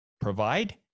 provide